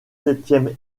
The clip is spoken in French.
septième